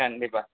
கண்டிப்பாக